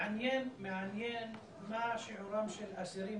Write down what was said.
מעניין מה שיעורם של אסירים